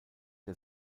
der